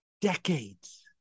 decades